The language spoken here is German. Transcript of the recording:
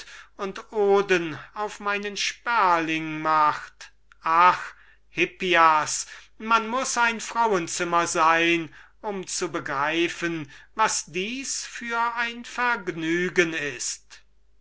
und oden auf meinen sperling macht ah hippias man muß ein frauenzimmer sein um zu begreifen was das für ein vergnügen ist